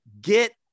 get